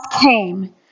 came